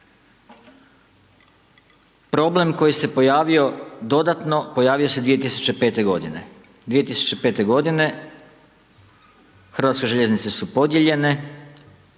Problem koji se pojavio dodatno, pojavio se 2005. godine. 2005. godine HŽ su podijeljene, podijeljene